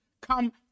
come